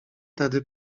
tedy